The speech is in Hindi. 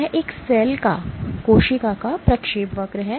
यह एक सेल का प्रक्षेपवक्र है